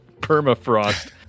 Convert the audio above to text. permafrost